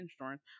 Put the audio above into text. insurance